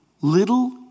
Little